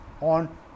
on